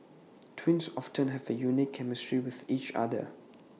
twins often have A unique chemistry with each other